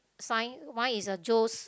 sign mine is a Joe's